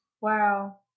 Wow